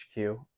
hq